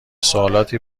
سوالاتی